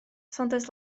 saunders